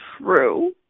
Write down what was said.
true